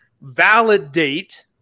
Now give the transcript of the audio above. Validate